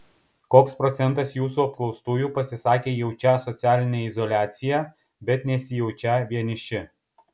koks procentas jūsų apklaustųjų pasisakė jaučią socialinę izoliaciją bet nesijaučią vieniši